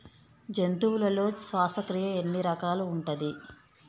జంతువులలో శ్వాసక్రియ ఎన్ని రకాలు ఉంటది?